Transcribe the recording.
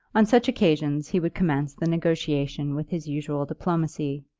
on such occasions he would commence the negotiation with his usual diplomacy,